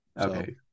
Okay